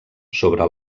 sobre